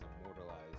immortalized